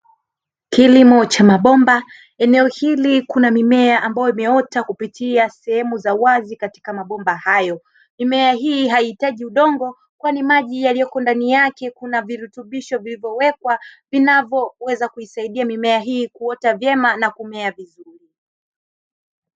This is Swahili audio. Kilimo cha mabomba eneo hili kuna mimea ambayo imeota kupitia sehemu za wazi katika mabomba hayo,; mimea hii haitaji udongo kwani ndani yake kuna virutubisho vilivyo wekwa inayosaidia mimea hii kuota vyema na mimea vizuri.